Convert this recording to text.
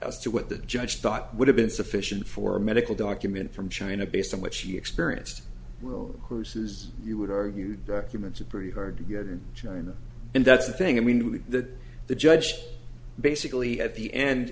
as to what the judge thought would have been sufficient for a medical document from china based but she experienced well who says you would argue documents are pretty hard to get in china and that's the thing i mean we the the judge basically at the end